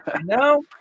no